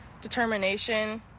determination